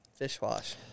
Fishwash